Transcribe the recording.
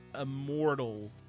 immortal